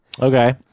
Okay